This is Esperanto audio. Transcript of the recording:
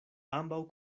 ambaŭ